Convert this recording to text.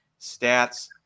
Stats